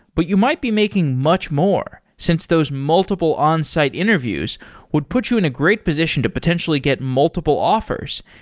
but you might be making much more since those multiple onsite interviews would put you in a great position to potentially get multiple offers,